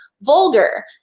vulgar